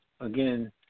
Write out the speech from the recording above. again